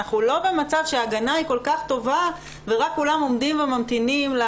אנחנו לא במצב שההגנה היא כל כך טובה ורק כולם עומדים וממתינים.